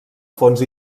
fons